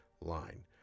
line